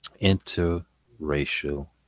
interracial